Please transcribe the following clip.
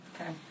Okay